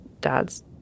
dad's